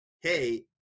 hey